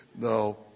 No